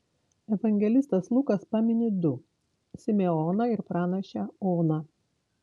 evangelistas lukas pamini du simeoną ir pranašę oną